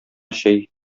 чәй